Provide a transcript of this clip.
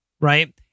Right